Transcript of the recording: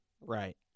Right